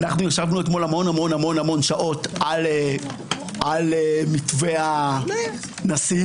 ישבנו אתמול המון-המון שעות על מתווה הנשיא,